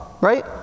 right